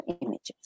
images